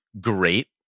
great